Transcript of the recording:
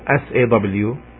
S-A-W